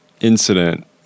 incident